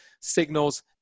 signals